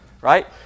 right